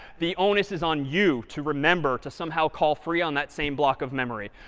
the onus is on you to remember to somehow call free on that same block of memory.